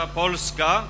polska